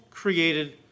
Created